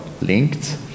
linked